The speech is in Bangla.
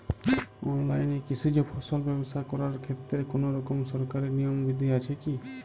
অনলাইনে কৃষিজ ফসল ব্যবসা করার ক্ষেত্রে কোনরকম সরকারি নিয়ম বিধি আছে কি?